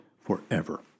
forever